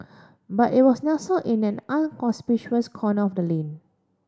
but it was nestled in an inconspicuous corner of the lane